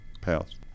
paths